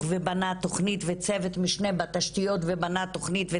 ובנה תוכנית וצוות משנה בתשתיות ובנה תוכנית,